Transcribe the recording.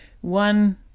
One